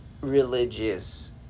religious